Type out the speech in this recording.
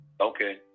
Okay